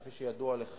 כפי שידוע לך,